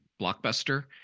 Blockbuster